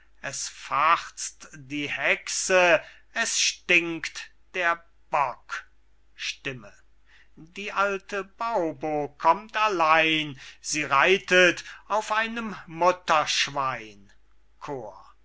es ft die hexe es stt der bock die alte baubo kommt allein sie reitet auf einem mutterschwein so